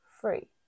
free